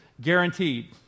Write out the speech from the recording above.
guaranteed